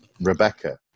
Rebecca